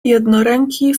jednoręki